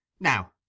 Now